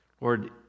Lord